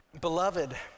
beloved